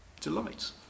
Delight